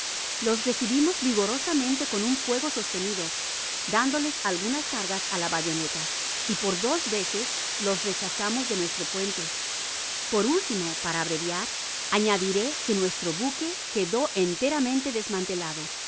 los recibimos vigorosamente con un fuego sostenido dándoles algunas cargas á la bayoneta y por dos veces los rechazamos de nuestro puente por último para abreviar añadiré que nuestro buque quedó enteramente desmantelado y